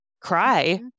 cry